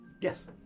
Yes